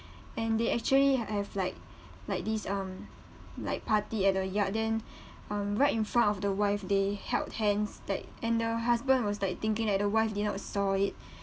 and they actually have like like this um like party at a yard then um right in front of the wife they held hands like and the husband was like thinking that the wife did not saw it